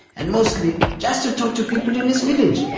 and mostly just to talk to people in his village.